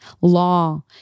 law